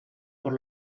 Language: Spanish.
por